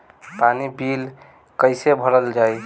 पानी बिल कइसे भरल जाई?